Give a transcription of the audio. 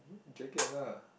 jacket lah